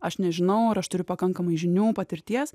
aš nežinau ar aš turiu pakankamai žinių patirties